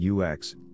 UX